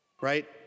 right